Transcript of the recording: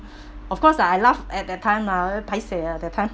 of course lah I laugh at that time very paiseh ah that time